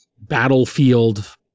battlefield